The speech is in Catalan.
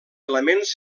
elements